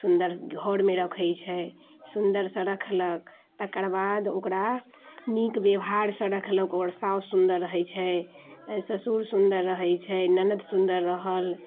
सुन्दर घरमे रखै छै सुन्दरसँ रखलक तकर बाद ओकरा नीक व्यवहारसँ रखलक ओकर साउस सुन्दर रहै छै ससुर सुन्दर रहै छै ननद सुन्दर रहल